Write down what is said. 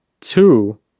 two